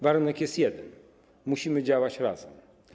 Warunek jest jeden: musimy działać razem.